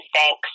thanks